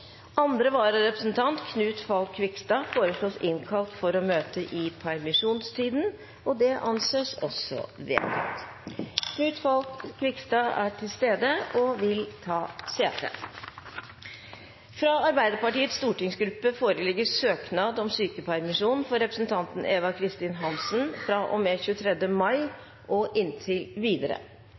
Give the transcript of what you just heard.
Andre vararepresentant, Knut Falk Qvigstad, innkalles for å møte i permisjonstiden. Knut Falk Qvigstad er til stede og vil ta sete. Fra Arbeiderpartiets stortingsgruppe foreligger søknad om sykepermisjon for representanten Eva Kristin Hansen fra og med 23. mai og inntil videre.